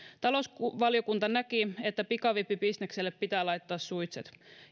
talousvaliokunta näki että pikavippibisnekselle pitää laittaa suitset